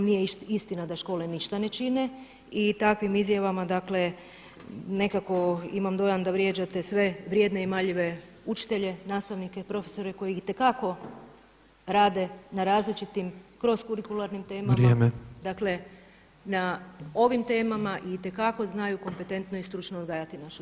Nije istina da škole ništa ne čine i takvim izjavama nekako imam dojam da vrijeđate sve vrijedne i marljive učitelje, nastavnike, profesore koji itekako rade na različitim kroz kurikularnim temama [[Upadica Petrov: Vrijeme.]] dakle na ovim temama itekako znaju kompetentno i stručno odgajati našu djecu.